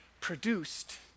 produced